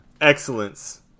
Excellence